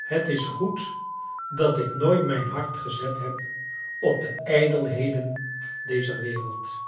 het is goed dat ik kleine dorrit nooit mijn hart gezet beb op de ijdelbeden dezer wereld